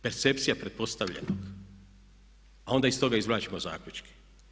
Percepcija pretpostavljanja, a onda iz toga izvlačimo zaključke.